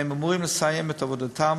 הם אמורים לסיים את עבודתם